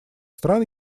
стран